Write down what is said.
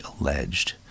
alleged